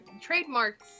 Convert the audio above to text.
trademark